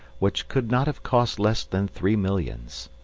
which could not have cost less than three millions.